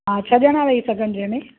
हा छह ॼणा वेही सघनि जंहिंमें